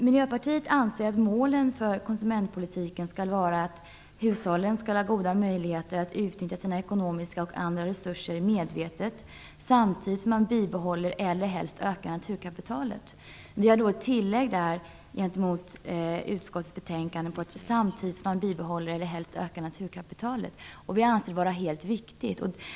Miljöpartiet anser att målen för konsumentpolitiken skall vara att hushållen skall ha goda möjligheter att utnyttja sina ekonomiska och andra resurser medvetet, samtidigt som man bibehåller eller helst ökar naturkapitalet - vi har där alltså ett tillägg jämfört med utskottets skrivning. Vi anser det vara viktigt.